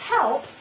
help